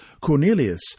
Cornelius